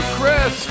Chris